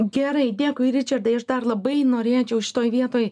gerai dėkui ričardai aš dar labai norėčiau šitoj vietoj